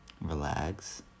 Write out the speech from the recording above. relax